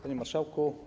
Panie Marszałku!